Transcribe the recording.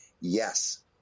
yes